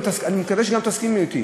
ואני מקווה שגם תסכימו אתי,